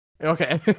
Okay